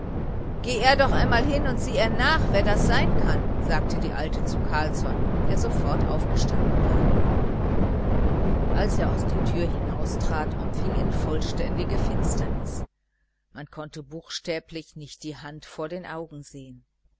geh er doch einmal hin und seh er nach wer das sein kann sagte die alte zu carlsson der sofort aufgestanden war als er aus der tür hinaustrat umfing ihn vollständige finsternis man konnte buchstäblich nicht die hand vor den augen sehen